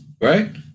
right